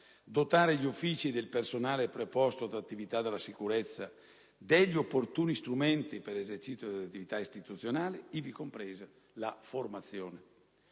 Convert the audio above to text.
dotare gli uffici ed il personale preposto ad attività di sicurezza stradale degli opportuni strumenti per l'esercizio delle attività istituzionali, ivi compresa la formazione.